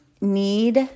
need